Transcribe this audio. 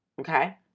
Okay